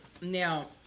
Now